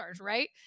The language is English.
right